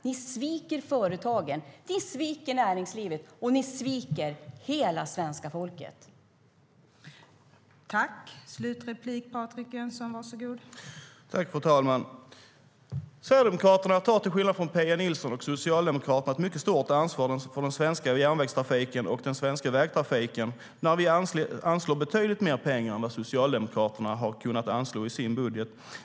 Ni sviker företagen, ni sviker näringslivet och ni sviker hela svenska folket.